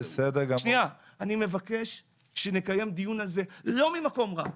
אני מבקש שנקיים דיון על זה, לא ממקום רע,